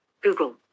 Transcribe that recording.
Google